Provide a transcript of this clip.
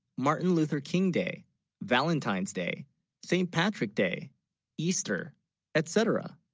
martin luther king, day valentine's day st. patrick day easter etc